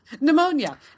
Pneumonia